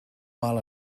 mal